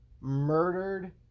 murdered